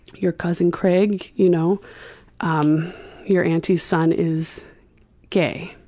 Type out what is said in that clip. your cousin craig. you know um your auntie's son is gay.